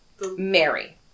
Mary